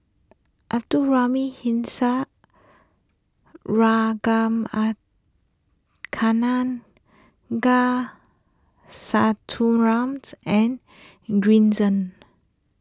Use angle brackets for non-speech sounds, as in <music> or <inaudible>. Abdul Rahim <unintelligible> and Green Zeng